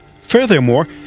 Furthermore